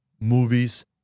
movies